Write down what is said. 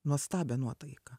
nuostabią nuotaiką